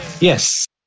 Yes